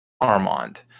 Armand